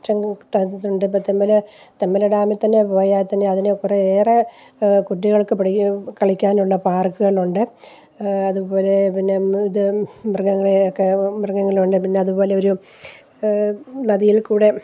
തെന്മല തെന്മല ഡാമിൽ തന്നെ പോയാൽ തന്നെ അതിന് കുറേ ഏറെ കുട്ടികൾക്ക് പഠിക്കാൻ കളിക്കാനുള്ള പാർക്കുകൾ ഉണ്ട് അതുപോലെ പിന്നെ ഇത് മൃഗങ്ങളെയൊക്കെ മൃഗങ്ങളുണ്ടോ പിന്നെ അതുപോലെ ഒരു നദിയിൽക്കൂടെ